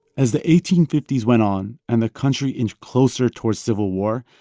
as the eighteen fifty s went on and the country inched closer towards civil war,